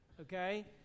Okay